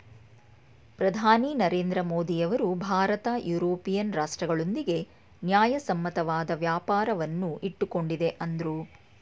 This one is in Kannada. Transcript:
ಪ್ರಧಾನಿ ನರೇಂದ್ರ ಮೋದಿಯವರು ಭಾರತ ಯುರೋಪಿಯನ್ ರಾಷ್ಟ್ರಗಳೊಂದಿಗೆ ನ್ಯಾಯಸಮ್ಮತವಾದ ವ್ಯಾಪಾರವನ್ನು ಇಟ್ಟುಕೊಂಡಿದೆ ಅಂದ್ರು